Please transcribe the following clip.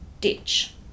ditch